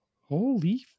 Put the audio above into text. holy